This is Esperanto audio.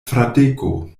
fradeko